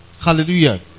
Hallelujah